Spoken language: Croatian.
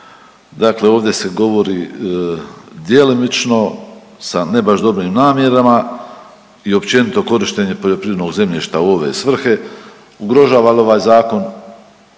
Dakle, ovdje se govori djelomično sa ne baš dobrim namjerama i općenito korištenje poljoprivrednog zemljišta u ove svrhe. Ugrožava li ovaj zakon